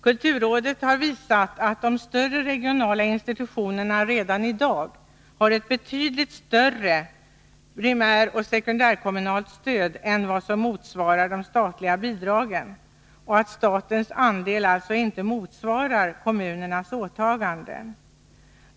Kulturrådet har visat att de större regionala institutionerna redan i dag får ett betydligt större primäroch sekundärkommunalt stöd än vad de statliga bidragen utgör och att statens andel allstå inte motsvarar kommunernas åtaganden.